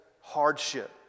hardship